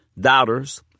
Doubters